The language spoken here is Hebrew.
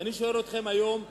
ואני שואל אתכם היום: